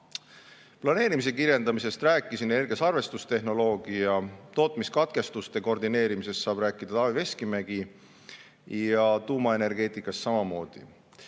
Planeerimise kirjeldamisest rääkisin. Energiasalvestuse tehnoloogiast ja tootmiskatkestuste koordineerimisest saab rääkida Taavi Veskimägi ning tuumaenergeetikast samamoodi.